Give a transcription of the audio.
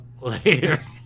Later